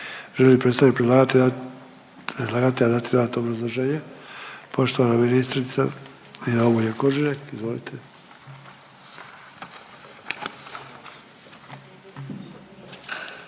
Želi li predstavnik predlagatelja dati dodatno obrazloženje? Poštovana ministrica Nina Obuljen Koržinek, izvolite.